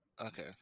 okay